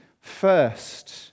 first